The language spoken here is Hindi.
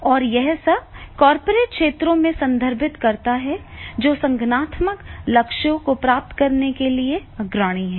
और यह सब कॉर्पोरेट क्षेत्रों को संदर्भित करता है जो संगठनात्मक लक्ष्यों को प्राप्त करने के लिए अग्रणी हैं